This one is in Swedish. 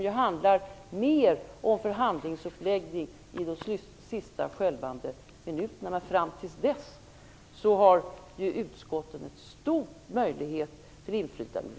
Där handlar det mer om förhandlingsuppläggning i de sista skälvande minuterna. Fram till dess har ju utskotten stora möjligheter till inflytande.